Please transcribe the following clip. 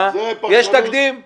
הצבעה בעד ההצעה 2 נגד,